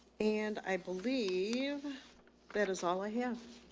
and i believe that is all i have.